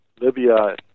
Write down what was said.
Libya